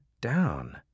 down